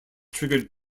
triggered